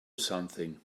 something